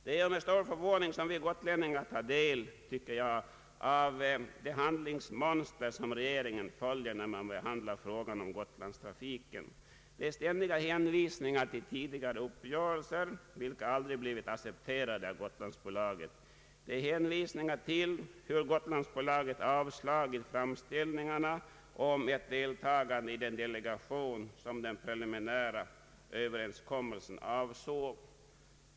Det är med stor förvåning som vi gotlänningar tar del av det handlingsmönster som regeringen följer när den behandlar frågan om Gotlandstrafiken. Det görs ständiga hänvisningar till tidigare uppgörelser, vilka aldrig har blivit accepterade av Gotlandsbolaget. Det görs hänvisningar till hur Gotlandsbolaget har avslagit framställningarna om ett deltagande i den delegation som den preliminära överenskommelsen avsåg.